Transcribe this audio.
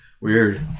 Weird